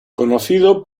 conocido